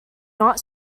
not